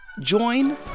Join